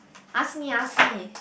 ask me ask me